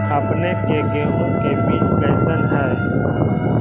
अपने के गेहूं के बीज कैसन है?